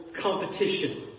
competition